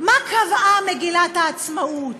מה קבעה מגילת העצמאות?